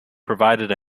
provided